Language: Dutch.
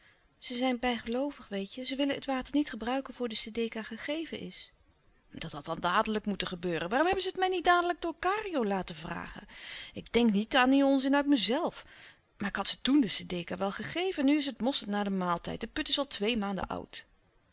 ze zijn bijgeloovig weet je ze willen het water niet gebruiken voor de sedeka gegeven is dat had dan dadelijk moeten gebeuren waarom hebben zij het mij niet dadelijk door kario laten vragen ik denk niet aan dien onzin uit mezelf maar ik had ze toen de sedeka wel gegeven nu is het mosterd na den maaltijd de put is al twee maanden oud